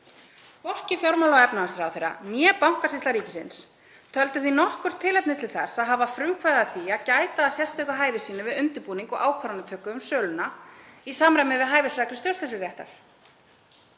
Hvorki fjármála- og efnahagsráðherra né Bankasýsla ríkisins töldu því nokkurt tilefni til þess að hafa frumkvæði að því að gæta að sérstöku hæfi sínu við undirbúning og ákvarðanatöku um söluna í samræmi við hæfisreglur stjórnsýsluréttar.